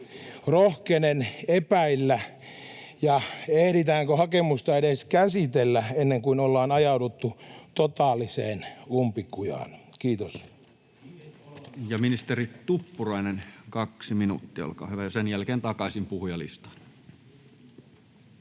Rohkenen epäillä. Ja ehditäänkö hakemusta edes käsitellä, ennen kuin ollaan ajauduttu totaaliseen umpikujaan? — Kiitos.